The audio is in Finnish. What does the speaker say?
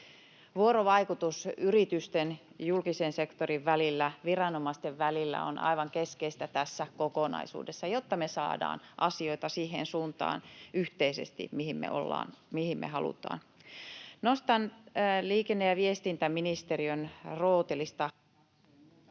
Vuorovaikutus yritysten ja julkisen sektorin välillä, viranomaisten välillä, on aivan keskeistä tässä kokonaisuudessa, jotta me saadaan asioita yhteisesti siihen suuntaan, mihin me halutaan. Nostan liikenne‑ ja viestintäministeriön rootelista